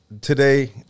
Today